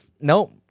Nope